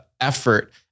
effort